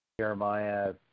Jeremiah